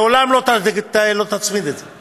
לעולם לא תצמיד את זה.